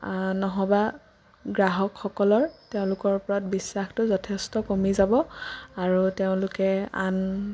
নহবা গ্ৰাহকসকলৰ তেওঁলোকৰ ওপৰত বিশ্বাসটো যথেষ্ট কমি যাব আৰু তেওঁলোকে আন